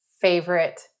favorite